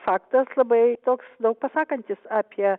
faktas labai toks daug pasakantis apie